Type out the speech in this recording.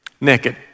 naked